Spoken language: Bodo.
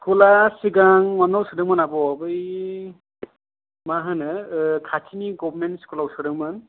स्कुला सिगां माबायाव सोदोंमोन आब बै माहोनो खाथिनि गबमेन्टआव सोंदोंमोन आब' बै खाथिनि स्कुलाव सोंदोंमोन